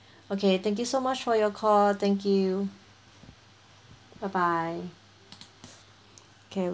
okay thank you so much for your call thank you bye bye okay